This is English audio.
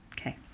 Okay